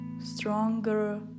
stronger